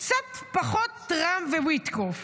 קצת פחות טראמפ וויטקוף.